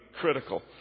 critical